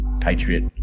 Patriot